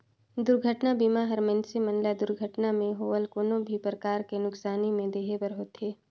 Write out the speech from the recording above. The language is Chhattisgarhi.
दुरघटना बीमा हर मइनसे मन ल दुरघटना मे होवल कोनो भी परकार के नुकसानी में देहे बर होथे